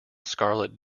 scarlett